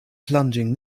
plunging